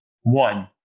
One